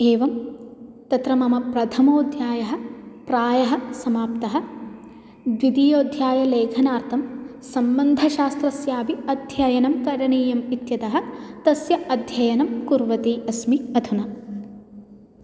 एवं तत्र मम प्रथमाध्यायः प्रायः समाप्तः द्वितीयाध्यायलेखनार्थं सम्बन्धशास्त्रस्यापि अध्ययनं करणीयम् इत्यतः तस्य अध्ययनं कुर्वती अस्मि अधुना